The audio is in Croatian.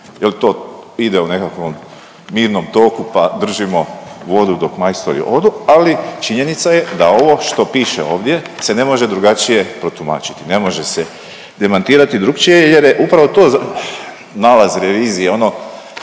li to ide u nekakvom mirnom toku pa držimo vodu dok majstori odu ali činjenica je da ovo što piše ovdje se ne može drugačije protumačiti, ne može se demantirati drukčije jer je upravo to nalaz revizije, ono